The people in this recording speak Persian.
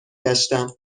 گشتم